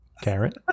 Carrot